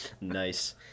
Nice